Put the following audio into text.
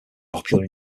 popular